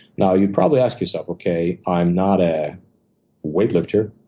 now you'd probably ask yourself, okay. i'm not a weightlifter.